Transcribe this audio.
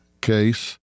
case